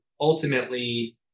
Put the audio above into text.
ultimately